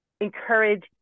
encourage